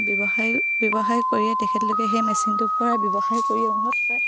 ব্যৱসায় ব্যৱসায় কৰিয়ে তেখেতলোকে সেই মেচিনটোৰপৰা ব্যৱসায় কৰি উন্নত হৈছে